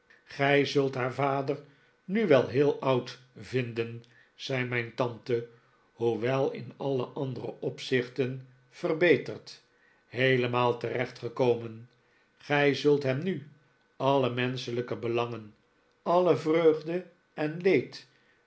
gij zult haar vader nu wel heel oud vinden zei mijn tante hoewel in alle andere opzichten verbeterd heelemaal terecht gekomen gij zult hem nu alle menschelijke belangen alle vreugde en leed